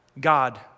God